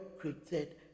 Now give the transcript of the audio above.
created